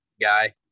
guy